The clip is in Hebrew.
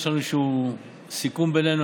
יש לנו איזשהו סיכום בינינו,